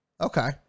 Okay